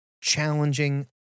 challenging